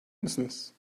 mısınız